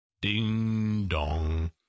Ding-dong